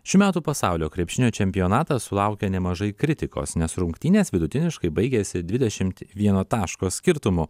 šių metų pasaulio krepšinio čempionatas sulaukė nemažai kritikos nes rungtynės vidutiniškai baigėsi dvidešimt vieno taško skirtumu